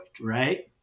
right